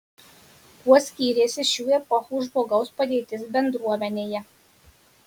kuo skyrėsi šių epochų žmogaus padėtis bendruomenėje